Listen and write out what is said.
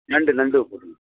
நண்டு நண்டு போட்டுடுங்க